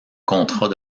contrat